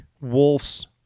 wolves